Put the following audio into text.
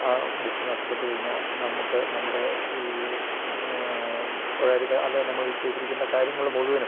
ആ ബുക്ക് നഷ്ടപ്പെട്ടു കഴിഞ്ഞാൽ നമുക്ക് നമ്മുടെ ഈ സ്വകാര്യത അല്ലെങ്കിൽ നമ്മൾ ഈ ചെയ്തിരിക്കുന്ന കാര്യങ്ങൾ മുഴുവനും